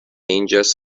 اینجاس